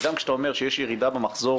וגם כשאתה אומר שיש ירידה במחזור